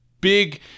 big